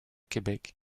québec